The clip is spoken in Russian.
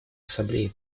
ассамблеей